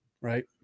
right